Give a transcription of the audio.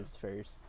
first